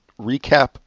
recap